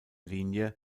linie